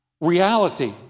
reality